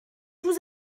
vous